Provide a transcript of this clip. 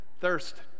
thirst